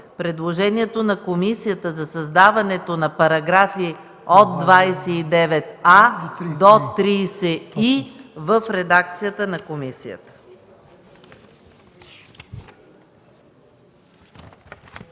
предложението на комисията за създаване на параграфи от 29а до 30и в редакцията на комисията.